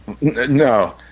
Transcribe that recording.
No